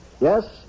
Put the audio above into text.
Yes